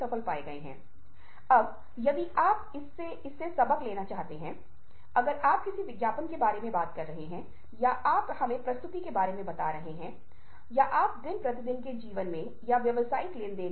अब उन भावनाओं को सुनें जिन्हें मैंने पहले ही रेखांकित कर दिया है लेकिन जब आप लिसनिंग की बात कर रहे हैं तो विशिष्ट तत्वो जैसे की इंटोनेशनटोनtone चेहरे की अभिव्यक्ति पर ध्यान दे जिसे हम बाद में चर्चा करेंगे